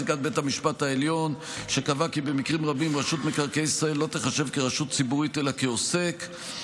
ייצוגיות שמוגשות נגד רשות מקרקעי ישראל להשבת סכומים שנגבו שלא כדין,